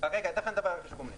רגע, תיכף נדבר על רכש גומלין.